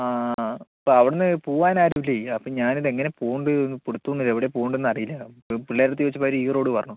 ആ ആ അപ്പോൾ അവിടെനിന്ന് പോകുവാനാരും ഇല്ല അപ്പോൾ ഞാനിതെങ്ങനെ പോവേണ്ടത് എന്ന് പിടിത്തമില്ല എവടെയാണ് പോകേണ്ടതെന്ന് അറിയില്ല അപ്പോൾ പിള്ളാരുടെ അടുത്ത് ചോദിച്ചപ്പോൾ അവർ ഈ റോഡ് പറഞ്ഞു